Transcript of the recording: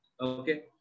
okay